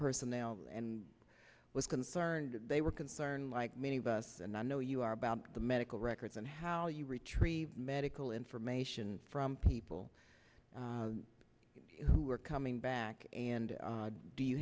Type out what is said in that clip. personnel and was concerned they were concerned like many of us and i know you are about the medical records and how you retrieve medical information from people who are coming back and do you